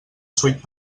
sweet